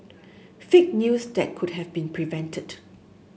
fake news that could have been prevented